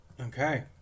Okay